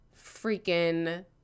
freaking